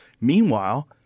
Meanwhile